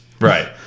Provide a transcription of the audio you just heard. Right